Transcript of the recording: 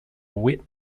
wet